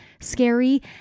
scary